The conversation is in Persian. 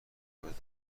باید